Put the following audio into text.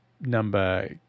number